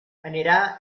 anirà